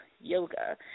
yoga